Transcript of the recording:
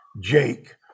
Jake